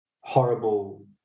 horrible